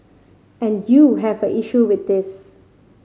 and you have an issue with this